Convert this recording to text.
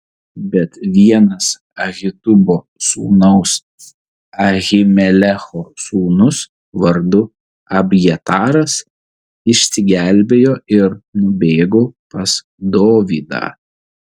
bet vienas ahitubo sūnaus ahimelecho sūnus vardu abjataras išsigelbėjo ir nubėgo pas dovydą